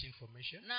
information